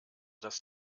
das